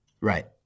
Right